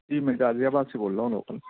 جی میں غازی آباد سے بول رہا ہوں لوکل